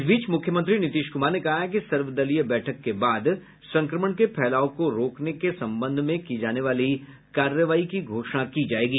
इस बीच मुख्यमंत्री नीतीश कुमार ने कहा है कि सर्वदलीय बैठक के बाद संक्रमण के फैलाव को रोकने संबंध में की जाने वाली कार्रवाई की घोषणा की जायेगी